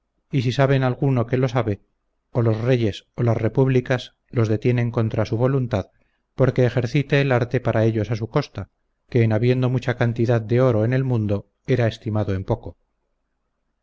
y si saben alguno que lo sabe o los reyes o las repúblicas los detienen contra su voluntad por que ejercite el arte para ellos a su costa que en habiendo mucha cantidad de oro en el mundo era estimado en poco